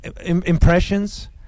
impressions